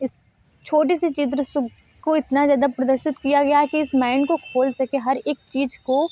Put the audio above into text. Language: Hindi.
इस छोटी सी चित्र सबको इतना ज़्यादा प्रदर्शित किया गया कि इस माइंड को खोल सके हर एक चीज़ को